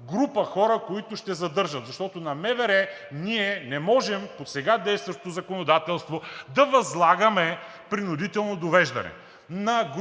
група хора, които ще задържат, защото на МВР ние не можем по сега действащото законодателство да възлагаме принудително довеждане – на